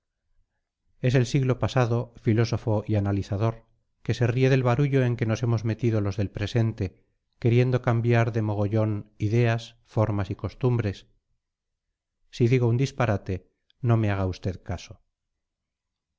es el siglo pasado filósofo y analizador que se ríe del barullo en que nos hemos metido los del presente queriendo cambiar de mogollón ideas formas y costumbres si digo un disparate no me haga usted caso